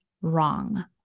wrong